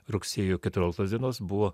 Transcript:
rugsėjo keturioliktos dienos buvo